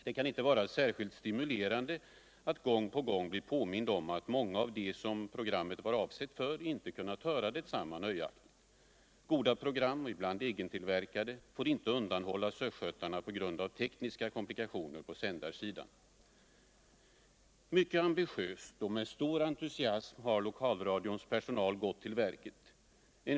Det kan inte vara särskilt stimulerande att gång på gång bli påmind om utt många av dem som programmet var avsett för inte kunnat höra detsamma nöjaktigt. Goda program. ibland egentillverkade, får inte undanhållas östgötarna på grund av tekniska komplikationer på sändarsidan. Mycket ambitiöst och med stor entusiasm har lokalradions personal gått till verket.